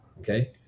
Okay